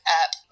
up